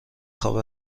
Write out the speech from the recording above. خواب